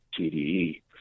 TDE